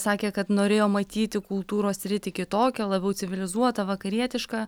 sakė kad norėjo matyti kultūros sritį kitokią labiau civilizuotą vakarietišką